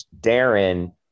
Darren